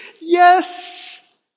Yes